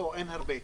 לא, אין הרבה.